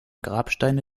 grabsteine